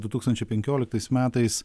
du tūkstančiai penkioliktais metais